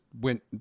went